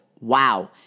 Wow